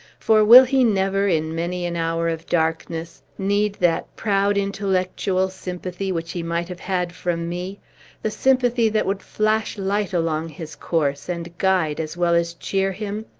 for will he never, in many an hour of darkness, need that proud intellectual sympathy which he might have had from me the sympathy that would flash light along his course, and guide, as well as cheer him?